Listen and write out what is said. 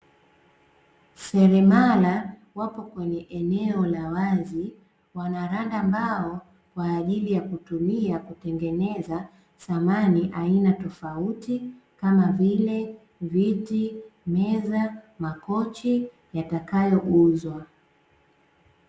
Seremala wapo kwenye eneo la wazi, wanaranda mbao kwaajili ya kutumia kutengeneza samani aina tofauti, kama vile viti, meza, makochi yatakayouzwa.